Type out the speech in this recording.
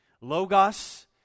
Logos